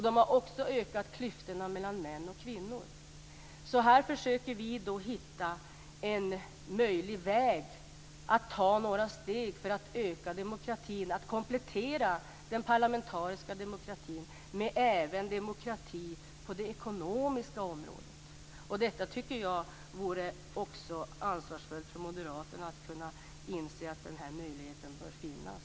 Det har också ökat klyftorna mellan män och kvinnor. Här försöker vi hitta en möjlig väg att öka demokratin, att komplettera den parlamentariska demokratin med demokrati även på det ekonomiska området. Det vore ansvarsfullt av moderaterna att inse att den möjligheten bör finnas.